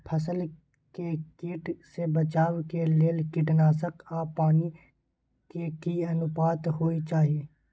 फसल के कीट से बचाव के लेल कीटनासक आ पानी के की अनुपात होय चाही?